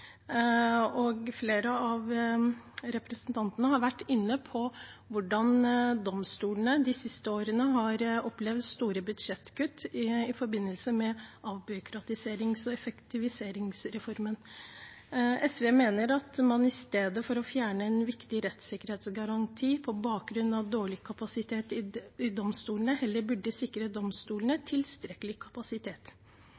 ressursbruk. Flere av representantene har vært inne på hvordan domstolene de siste årene har opplevd store budsjettkutt i forbindelse med avbyråkratiserings- og effektiviseringsreformen. SV mener at man i stedet for å fjerne en viktig rettssikkerhetsgaranti på bakgrunn av dårlig kapasitet i domstolene heller burde sikre domstolene tilstrekkelig kapasitet. Vi reagerer på at regjeringens løsning på arbeidspresset i domstolene